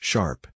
Sharp